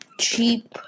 cheap